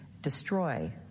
destroy